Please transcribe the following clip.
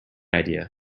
idea